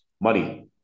Money